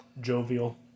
jovial